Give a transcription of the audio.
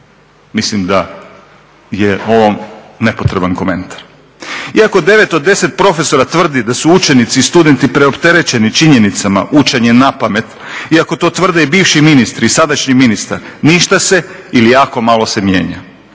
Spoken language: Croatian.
Mislim da je ovom nepotreban komentar. Iako 9 od 10 profesora tvrdi da su učenici i studenti preopterećeni činjenicama učenje napamet, iako to tvrde i bivši ministri i sadašnji ministar, ništa se ili jako malo se mijenja.